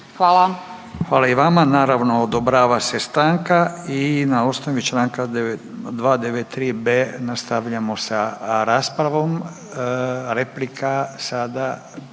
Hvala i vama, naravno odobrava se stanka i na osnovi Članka 293b. nastavljamo sa raspravom. Replika sada,